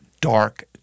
dark